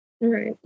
Right